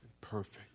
perfect